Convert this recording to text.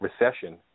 recession